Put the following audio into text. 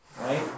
right